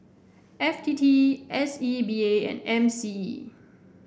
F T T S E B A and M C E